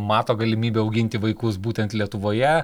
mato galimybių auginti vaikus būtent lietuvoje